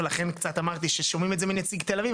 ולכן אמרתי ששומעים את מנציג תל אביב,